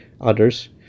others